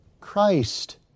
Christ